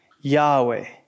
Yahweh